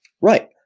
Right